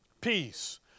Peace